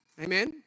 Amen